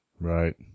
Right